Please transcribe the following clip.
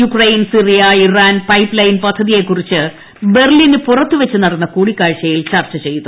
Ukraine Syria Iran pipeline പദ്ധതിയെക്കുറിച്ച് ബർലിന് പുറത്ത് വെച്ച് നടന്ന കൂടിക്കാഴ്ചയിൽ ചർച്ച ചെയ്തു